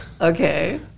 Okay